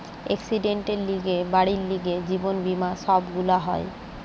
একসিডেন্টের লিগে, বাড়ির লিগে, জীবন বীমা সব গুলা হয়